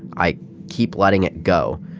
i keep letting it go.